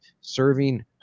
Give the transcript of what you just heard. serving